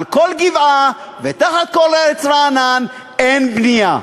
על כל גבעה ותחת כל עץ רענן אין בנייה.